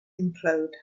implode